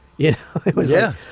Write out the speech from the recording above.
yeah yeah.